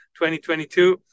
2022